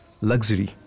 luxury